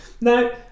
no